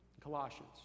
Colossians